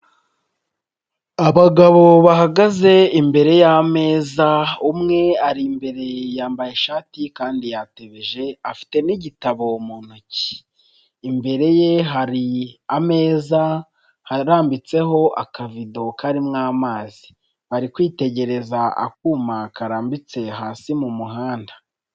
Abagabo bahagaze imbere y'ameza umwe ari imbere yambaye ishati kandi yatebeje afite n'igitabo mu ntoki, imbere ye hari ameza arambitseho akbvido karimo amazi bari kwitegereza akuma karambitse hasi mu muhanda.